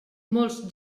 molts